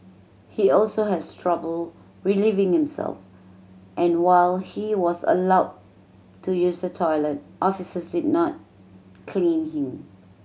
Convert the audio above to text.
he also has trouble relieving himself and while he was allowed to use the toilet officers did not clean him